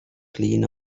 clean